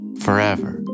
Forever